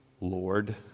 Lord